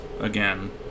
again